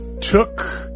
took